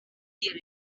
diris